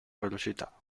velocità